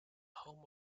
home